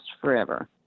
forever